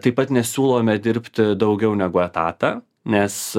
taip pat nesiūlome dirbti daugiau negu etatą nes